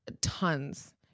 Tons